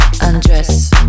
undress